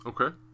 Okay